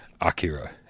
Akira